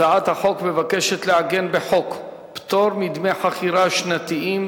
הצעת החוק מבקשת לעגן בחוק פטור מדמי חכירה שנתיים